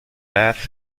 baths